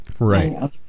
Right